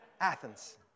Athens